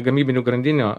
gamybinių grandinių